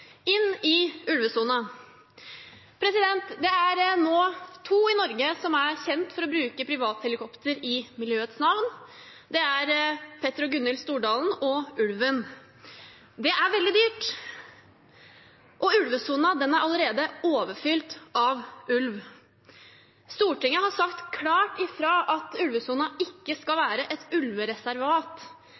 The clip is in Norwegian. inn i ulvesonen. Det er nå tre i Norge som er kjent for å bruke privathelikopter i miljøets navn – det er Petter og Gunhild Stordalen og ulven. Det er veldig dyrt, og ulvesonen er allerede overfylt av ulv. Stortinget har sagt klart ifra at ulvesonen ikke skal være et ulvereservat.